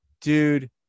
Dude